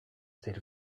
state